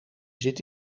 zit